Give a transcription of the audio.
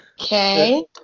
okay